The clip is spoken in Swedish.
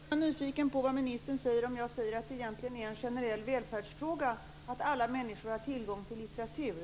Fru talman! Jag är nyfiken på vad ministern säger om jag säger att det egentligen är en generell välfärdsfråga att alla människor har tillgång till litteratur.